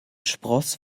spross